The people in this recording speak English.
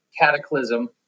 Cataclysm